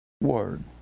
word